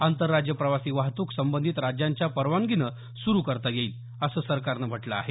आंतरराज्य प्रवासी वाहतूक संबंधित राज्यांच्या परवानगीने सुरु करता येईल असं सरकारनं म्हटलं आहे